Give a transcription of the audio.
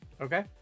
Okay